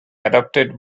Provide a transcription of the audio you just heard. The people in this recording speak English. adopted